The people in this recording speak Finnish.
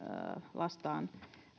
lastaan